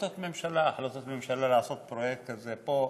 החלטות ממשלה לעשות פרויקט כזה פה,